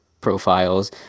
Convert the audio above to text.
profiles